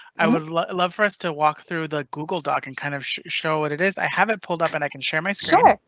i would love love for us to walk through the google doc and kind of show what it is. i have it pulled up and i can share my screen.